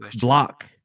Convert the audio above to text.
block